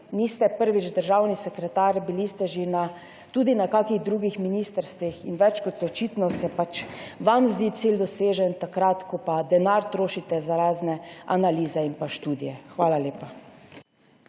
niste prvič državni sekretar, bili ste že tudi na kakih drugih ministrstvih in več kot očitno se pač vam zdi cilj dosežen, takrat ko denar trošite za razne analize in študije. Hvala lepa.